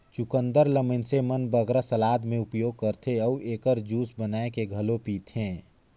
चुकंदर ल मइनसे मन बगरा सलाद में उपयोग करथे अउ एकर जूस बनाए के घलो पीथें